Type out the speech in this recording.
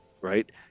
right